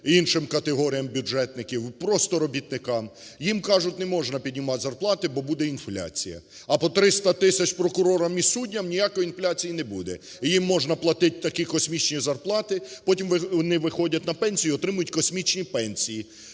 іншим категоріям бюджетників, просто робітникам, їм кажуть: "Не можна піднімати зарплати, бо буде інфляція". А по 300 тисяч прокурорам і суддям – ніякої інфляції не буде. Їм можна платити такі космічні зарплати, потім вони виходять на пенсію і отримують космічні пенсії.